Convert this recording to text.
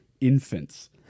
infants